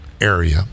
Area